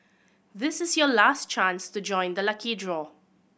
this is your last chance to join the lucky draw